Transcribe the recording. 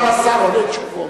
עכשיו השר עונה תשובות.